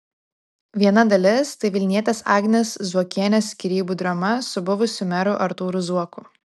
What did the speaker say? viena dalis tai vilnietės agnės zuokienės skyrybų drama su buvusiu meru artūru zuoku